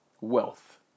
wealth